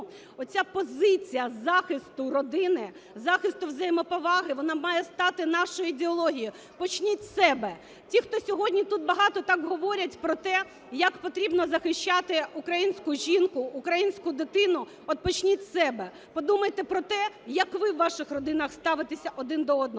оця позиція захисту родини, захисту взаємоповаги, вона має стати нашою ідеологією. Почніть з себе. Ті, хто сьогодні тут багато так говорять про те, як потрібно захищати українську жінку, українську дитину, от почніть з себе. Подумайте про те, як ви у ваших родинах ставитеся один до одного.